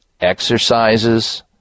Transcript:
exercises